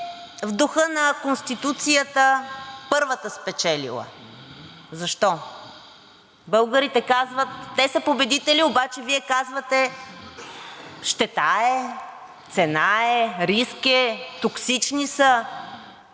в духа на Конституцията първата спечелила. Защо? Българите казват „те са победители“, обаче Вие казвате „щета е, цена е, риск е, токсични са“.